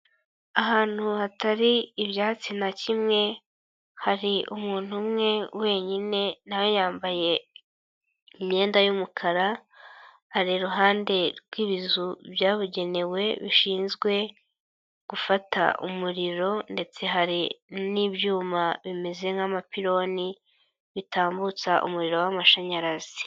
Ahantu hatari ibyatsi na kimwe hari umuntu umwe wenyine na we yambaye imyenda y'umukara, ari iruhande rw'ibizu byabugenewe bishinzwe gufata umuriro ndetse hari n'ibyuma bimeze nk'amapironi, bitambutsa umuriro w'amashanyarazi.